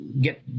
get